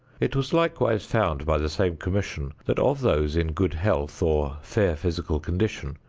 it was likewise found by the same commission that of those in good health or fair physical condition,